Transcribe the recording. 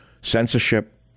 censorship